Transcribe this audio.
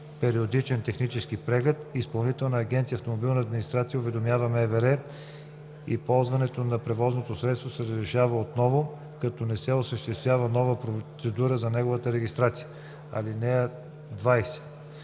периодичен технически преглед, Изпълнителна агенция „Автомобилна администрация“ уведомява МВР и ползването на превозното средство се разрешава отново, като не се осъществява нова процедура за неговата регистрация. (20)